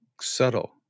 subtle